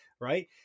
right